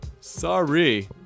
Sorry